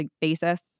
basis